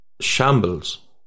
shambles